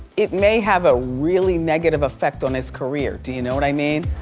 it may have a really negative effect on his career, do you know what i mean?